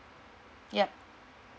ya